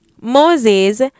moses